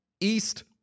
East